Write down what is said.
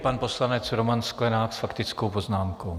Pan poslanec Roman Sklenák s faktickou poznámkou.